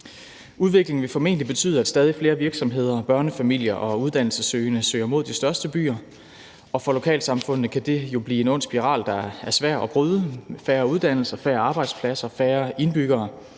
Udviklingen vil formentlig betyde, at stadig flere virksomheder, børnefamilier og uddannelsessøgende søger mod de største byer, og for lokalsamfundene kan det jo blive en ond spiral, der er svær at bryde, med færre uddannelser, færre arbejdspladser, færre indbyggere.